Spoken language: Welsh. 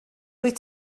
wyt